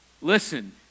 listen